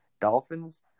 Dolphins